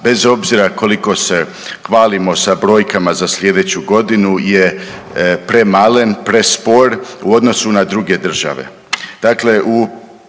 bez obzira koliko se hvalimo sa brojkama za sljedeću godinu je premalen prespor u odnosu na druge države.